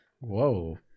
whoa